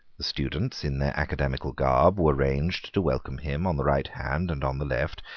the students in their academical garb were ranged to welcome him on the right hand and on the left,